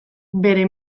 bere